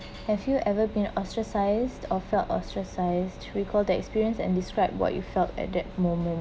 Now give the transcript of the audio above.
have you ever been ostracized or felt ostracized recall that experience and describe what you felt at that moment